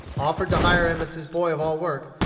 offered to hire him as his boy of all work,